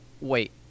wait